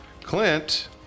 Clint